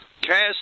cast